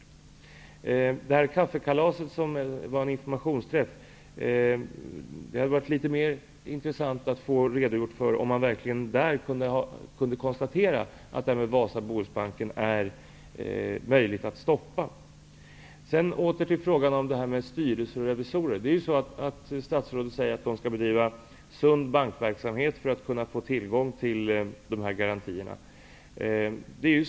Bo Lundgren talade om att det inte var fråga om något kaffekalas utan en informationsträff. Det hade varit litet mer intressant om han hade redogjort för om man vid det tillfället kunde konstatera att detta med Wasa och Bohusbanken är möjligt att stoppa. Sedan åter till frågan om styrelser och revisorer. Statsrådet säger att man skall bedriva sund bankverksamhet för att kunna få tillgång till garantierna.